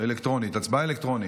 הצבעה אלקטרונית.